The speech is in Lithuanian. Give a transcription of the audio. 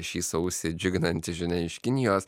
šį sausį džiuginanti žinia iš kinijos